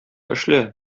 эшлә